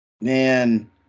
man